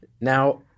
now